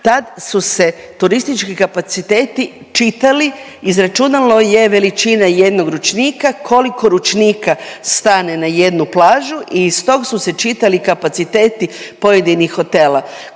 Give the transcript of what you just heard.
tad su se turistički kapaciteti čitali, izračunalo je većine jednog ručnika, koliko ručnika stane na jednu plažu i iz tog su se čitali kapaciteti pojedinih hotela